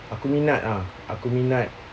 aku minat ah aku minat